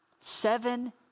Seven